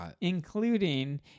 including